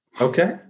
Okay